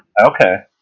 Okay